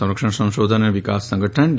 સંરક્ષણ સંશોધન અને વિકાસ સંગઠન ડી